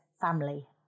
family